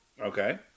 Okay